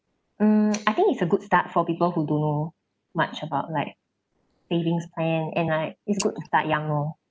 mm I think it's a good start for people who don't know much about like savings plan and like it's good to start young lor